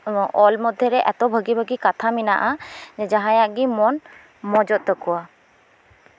ᱱᱚᱣᱟ ᱚᱞ ᱢᱚᱫᱽᱫᱷᱮᱨᱮ ᱮᱛᱚ ᱵᱷᱟᱜᱤ ᱵᱷᱟᱜᱤ ᱠᱟᱛᱷᱟ ᱢᱮᱱᱟᱜᱼᱟ ᱡᱟᱦᱟᱸᱭᱟᱜ ᱜᱮ ᱢᱚᱱ ᱢᱚᱸᱡᱚᱜ ᱛᱟᱠᱚᱣᱟ